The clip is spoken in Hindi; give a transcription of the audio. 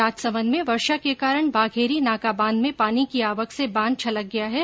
राजसमंद में वर्षा के कारण बाघेरी नाका बांध में पानी की आवक से बांध छलक गया है